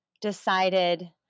decided